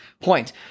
point